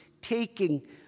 taking